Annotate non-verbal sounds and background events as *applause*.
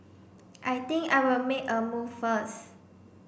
*noise* I think I will make a move first